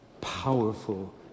powerful